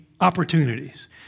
opportunities